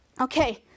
Okay